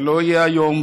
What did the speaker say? זה לא יהיה היום,